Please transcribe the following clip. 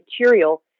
material